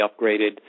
upgraded